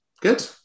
Good